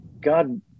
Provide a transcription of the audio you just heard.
God